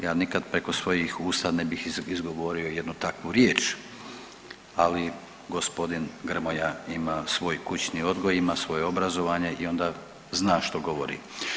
Ja nikad preko svojih usta ne bih izgovorio jednu takvu riječ, ali g. Grmoja ima svoj kućni odgoj, ima svoje obrazovanje i onda zna što govori.